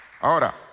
Ahora